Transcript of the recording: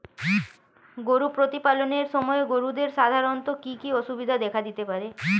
গরু প্রতিপালনের সময় গরুদের সাধারণত কি কি অসুবিধা দেখা দিতে পারে?